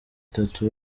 itatu